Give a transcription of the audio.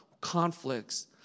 conflicts